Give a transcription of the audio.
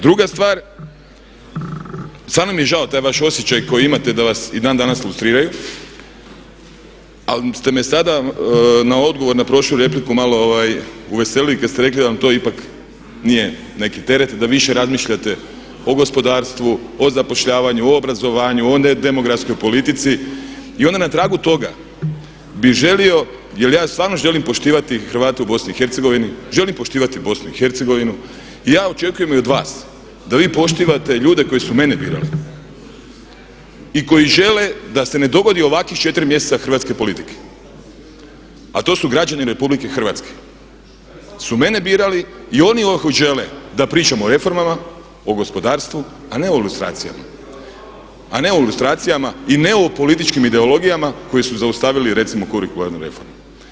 Druga stvar, stvarno mi je žao, taj vaš osjećaj koji imate da vas i dan danas lustriraju, ali ste me sada na odgovor na prošlu repliku malo uveselili kad ste rekli da vam to ipak nije neki teret, da više razmišljate o gospodarstvu, o zapošljavanju, o obrazovanju, o ne demografskoj politici i onda na tragu toga bi želio, jer ja stvarno želim poštivati Hrvate u BIH, želim poštivati BIH i ja očekujem i od vas da vi poštivate ljude koji su mene birali i koji žele da se ne dogodi ovakvih 4 mjeseca hrvatske politike a to su građani RH su mene birali i oni žele da pričamo o reformama, o gospodarstvu a ne o lustracijama i ne o političkim ideologijama koje su zaustavili recimo kurikularnu reformu.